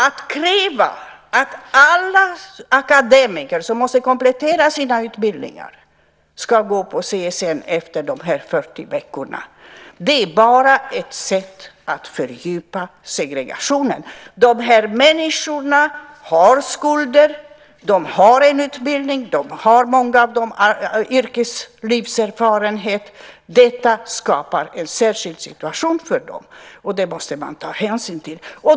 Att kräva att alla akademiker som måste komplettera sina utbildningar ska gå på CSN-studiestöd efter de här 40 veckorna är bara ett sätt att fördjupa segregationen. De här människorna har skulder. De har en utbildning. Många av dem har yrkeslivserfarenhet. Detta skapar en särskild situation för dem, och det måste man ta hänsyn till.